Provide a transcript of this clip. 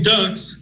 Ducks